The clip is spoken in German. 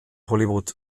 hollywood